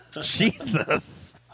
Jesus